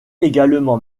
également